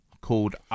called